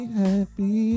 happy